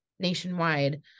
nationwide